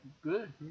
good